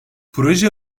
proje